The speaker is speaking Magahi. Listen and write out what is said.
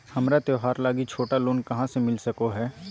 हमरा त्योहार लागि छोटा लोन कहाँ से मिल सको हइ?